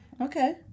Okay